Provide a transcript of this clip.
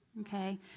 okay